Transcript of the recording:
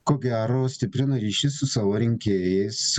ko gero stiprina ryšį su savo rinkėjais